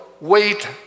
wait